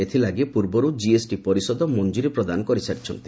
ଏଥିଲାଗି ପୂର୍ବରୁ ଜିଏସ୍ଟି ପରିଷଦ ମଂଜୁରୀ ପ୍ରଦାନ କରିସାରିଛନ୍ତି